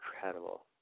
incredible